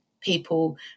people